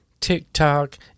TikTok